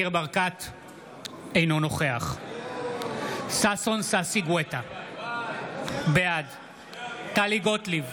אינו נוכח ששון ששי גואטה, בעד טלי גוטליב,